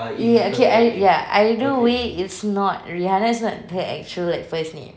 ya okay I ya either way it's not rihanna is not the actual like first name